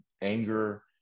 anger